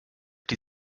die